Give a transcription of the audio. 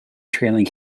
trailing